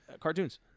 cartoons